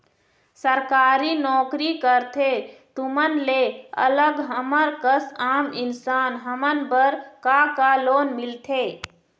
सरकारी नोकरी करथे तुमन ले अलग हमर कस आम इंसान हमन बर का का लोन मिलथे?